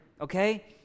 okay